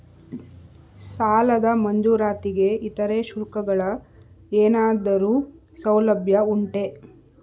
ಸಾಲದ ಮಂಜೂರಾತಿಗೆ ಇತರೆ ಶುಲ್ಕಗಳ ಏನಾದರೂ ಸೌಲಭ್ಯ ಉಂಟೆ?